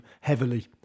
heavily